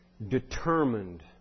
determined